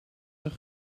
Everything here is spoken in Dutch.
zijn